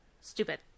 stupid